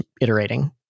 iterating